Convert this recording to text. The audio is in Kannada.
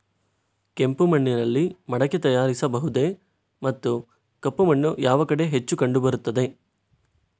ಕೆಂಪು ಮಣ್ಣಿನಲ್ಲಿ ಮಡಿಕೆ ತಯಾರಿಸಬಹುದೇ ಮತ್ತು ಕಪ್ಪು ಮಣ್ಣು ಯಾವ ಕಡೆ ಹೆಚ್ಚು ಕಂಡುಬರುತ್ತದೆ?